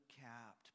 capped